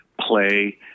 play